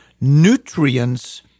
nutrients